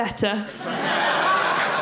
better